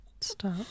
Stop